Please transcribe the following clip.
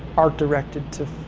are directed to,